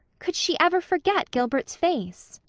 could she ever forget gilbert's face?